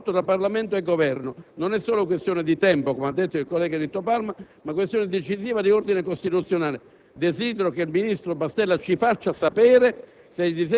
del rapporto tra Parlamento e Governo. Non è solo questione di tempo, come ha detto il collega Nitto Palma, ma è una questione decisiva di ordine costituzionale. Desidero che il ministro Mastella ci faccia sapere